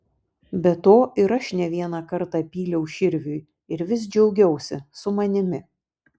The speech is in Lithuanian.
be to ir aš ne vieną kartą pyliau širviui ir vis džiaugiausi su manimi